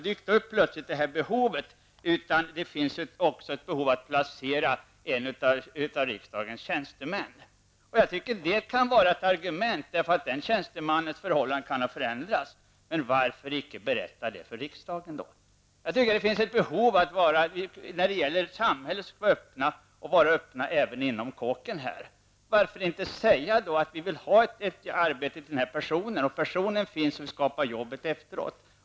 Jag tycker att det kan vara ett argument, eftersom den tjänstemannens förhållanden kan ha förändrats. Men varför icke berätta det för riksdagen? Jag anser att det finns ett behov av att samhället skall vara öppet även inom den här kåken. Varför kan man inte säga att man vill ha ett arbete till den här personen? Personen finns och man får skapa ett jobb efteråt.